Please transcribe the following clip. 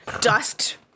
Dust